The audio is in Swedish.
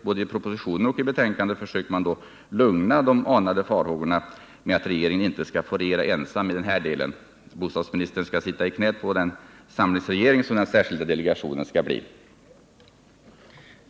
Både i propositionen och i betänkandet försöker man lugna de anade farhågorna med att regeringen inte skall få regera ensam i den här delen — bostadsministern skall sitta i knät på den samlingsregering som den särskilda delegationen skall bli.